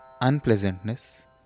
Unpleasantness